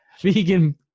vegan